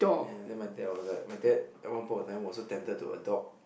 ya then my dad was like my dad at one point of time was so tempted to adopt